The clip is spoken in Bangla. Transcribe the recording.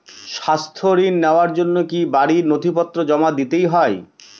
স্বাস্থ্য ঋণ নেওয়ার জন্য কি বাড়ীর নথিপত্র জমা দিতেই হয়?